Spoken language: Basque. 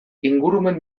ingurumen